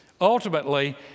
Ultimately